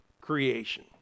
creation